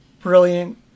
brilliant